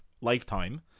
lifetime